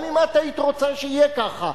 גם אם היית רוצה שיהיה ככה,